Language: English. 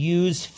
use